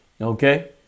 okay